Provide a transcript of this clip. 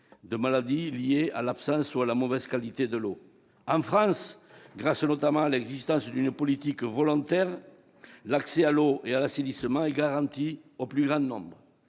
de maladies liées à l'absence ou à la mauvaise qualité de l'eau. En France, grâce notamment à l'existence d'une politique volontaire, l'accès à l'eau et à l'assainissement est garanti au plus grand nombre,